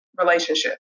relationship